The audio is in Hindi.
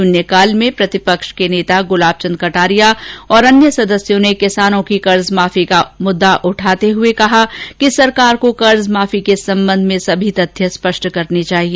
शून्यकाल में प्रतिपक्ष के नेता गुलाब चंद कटारिया और अन्य सदस्यों ने किसानों की कर्जमाफी का मुददा उठाते हुए कहा कि सरकार को कर्जमाफी के संबंध में सभी तथ्य स्पष्ट करने चाहिए